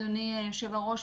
אדוני היושב-ראש,